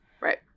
Right